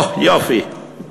או, יופי.